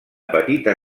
petita